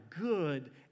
good